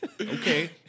Okay